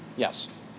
Yes